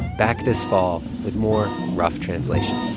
back this fall with more rough translation